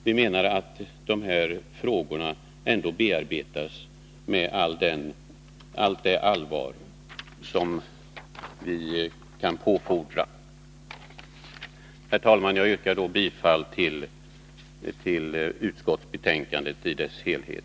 Vi menar att de här frågorna bearbetas med allt det allvar som vi kan påfordra. Herr talman! Jag yrkar bifall till utskottets hemställan i dess helhet.